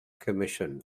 commission